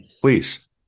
please